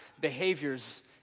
behaviors